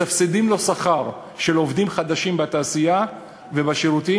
מסבסדים שכר של עובדים חדשים בתעשייה ובשירותים,